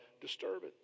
disturbance